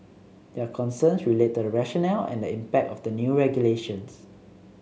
their concerns relate to the rationale and the impact of the new regulations